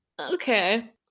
Okay